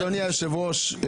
אדוני היושב ראש,